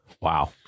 Wow